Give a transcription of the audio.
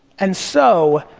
and so,